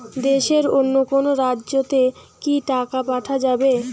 দেশের অন্য কোনো রাজ্য তে কি টাকা পাঠা যাবে?